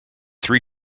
three